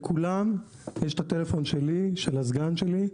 לכולם יש את הטלפון שלי, של הסגן שלי,